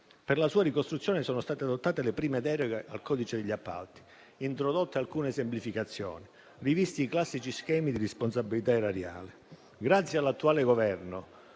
Per la sua ricostruzione sono state adottate le prime deroghe al codice degli appalti, introdotte alcune semplificazioni, rivisti i classici schemi di responsabilità erariale. Grazie all'attuale Governo